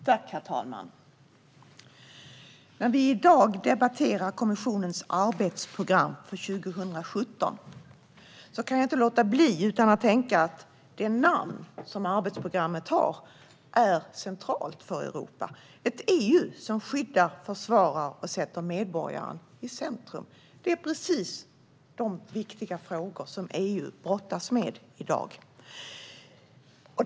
Herr talman! När vi i dag debatterar kommissionens arbetsprogram för 2017 kan jag inte låta bli att tänka att det namn som arbetsprogrammet har är centralt för Europa - Ett EU som skyddar, försvarar och sätter medborgaren i centrum . Det är precis de viktiga frågor som EU brottas med i dag.